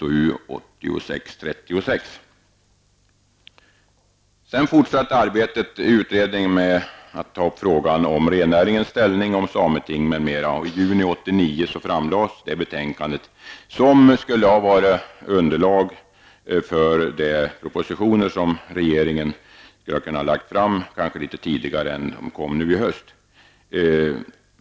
juni 1989 framlades det betänkandet, som skulle vara underlag för de propositioner som regeringen lade fram nu i höst, men som kanske skulle ha kunnat läggas fram litet tidigare.